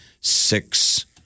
six